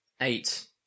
Eight